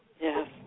Yes